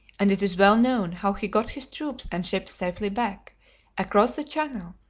and it is well known how he got his troops and ships safely back across the channel,